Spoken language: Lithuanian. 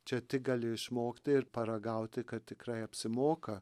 čia tik gali išmokti ir paragauti kad tikrai apsimoka